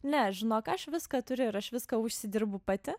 ne žinok aš viską turiu ir aš viską užsidirbu pati